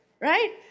right